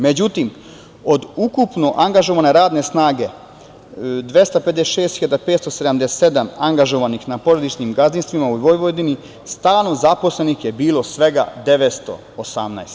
Međutim, od ukupno angažovane radne snage 256.577 angažovanih na porodičnim gazdinstvima u Vojvodini stalno zaposlenih je bilo svega 918.